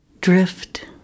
drift